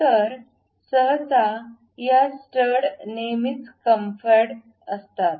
तर सहसा या स्टड नेहमीच कॅम्फर्ड असतात